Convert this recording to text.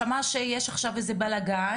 שמע שיש עכשיו איזה בלגאן,